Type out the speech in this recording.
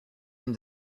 then